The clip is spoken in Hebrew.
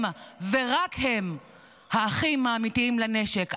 הם ורק הם האחים האמיתיים לנשק.